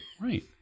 right